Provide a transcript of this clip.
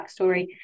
backstory